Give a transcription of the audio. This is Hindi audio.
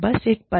बस एक पल